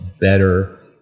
better